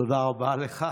תודה רבה לך.